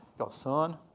goes, son,